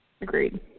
Agreed